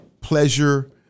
pleasure